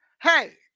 Hey